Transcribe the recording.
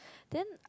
then